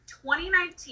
2019